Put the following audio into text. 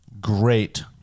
great